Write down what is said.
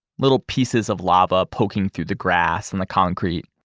little pieces of lava poking through the grass and the concrete.